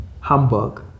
Hamburg